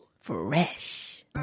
fresh